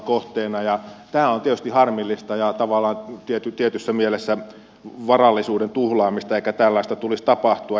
tämä on tietysti harmillista ja tavallaan tietyssä mielessä varallisuuden tuhlaamista eikä tällaista tulisi tapahtua